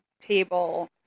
table